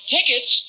Tickets